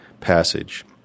passage